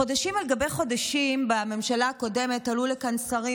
חודשים על גבי חודשים בממשלה הקודמת עלו לכאן שרים